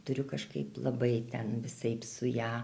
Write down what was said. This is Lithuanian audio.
turiu kažkaip labai ten visaip su ja